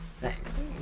Thanks